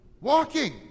Walking